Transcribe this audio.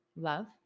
love